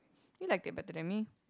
you like it better than me